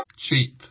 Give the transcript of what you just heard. Cheap